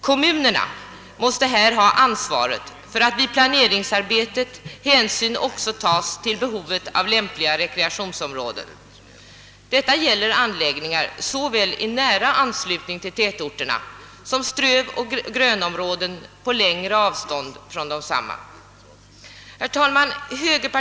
Kommunerna måste här ha ansvaret för att vid planeringsarbetet hänsyn också tages till behovet av lämpliga rekreationsområden. Detta gäller såväl anläggningar i nära anslutning till tätorterna som strövoch grönområden på längre avstånd från desamma. Herr talman!